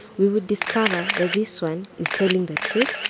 we would discover that this one is telling the truth,